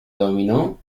dominó